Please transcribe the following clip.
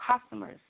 customers